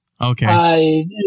Okay